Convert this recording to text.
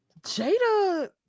Jada